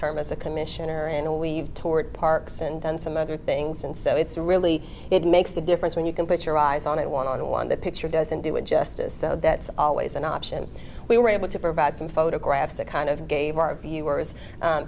term as a commissioner and we've toured parks and done some other things and so it's really it makes a difference when you can put your eyes on it one on one the picture doesn't do it justice so that's always an option we were able to provide some photographs that kind of gave our viewers